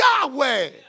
Yahweh